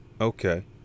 okay